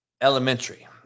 elementary